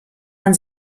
man